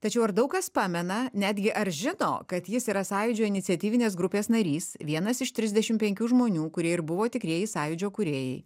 tačiau ar daug kas pamena netgi ar žino kad jis yra sąjūdžio iniciatyvinės grupės narys vienas iš trisdešim penkių žmonių kurie ir buvo tikrieji sąjūdžio kūrėjai